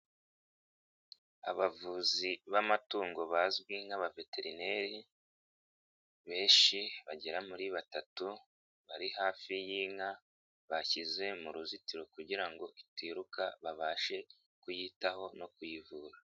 Abavuzi b'amatungo bazwi nk'abaveterineri, benshi bagera muri batatu bari hafi y'inka bashyize mu ruzitiro kugira ngo itiruka babashe kuyitaho no kuyivura.